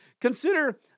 consider